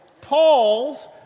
Paul's